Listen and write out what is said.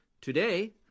Today